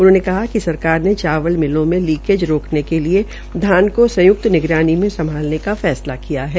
उन्होंने कहा कि सरकार ने चावलमिलों में लीकेज रोकने के लिए धान को संयुक्त निगरानी में सभालने का फैसला किया है